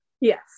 Yes